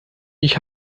ich